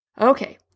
Okay